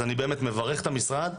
אני מברך את המשרד,